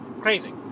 crazy